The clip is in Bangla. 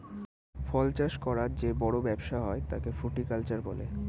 ফল চাষ করার যে বড় ব্যবসা হয় তাকে ফ্রুটিকালচার বলে